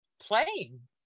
playing